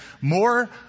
more